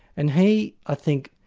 and he i think,